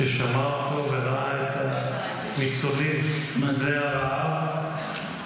ששמע אותו וראה את הניצולים מזי הרעב,